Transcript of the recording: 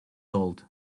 old